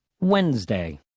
Wednesday